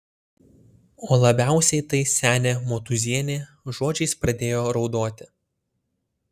o labiausiai tai senė motūzienė žodžiais pradėjo raudoti